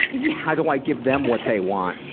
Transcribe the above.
yeah how do i give them what they want?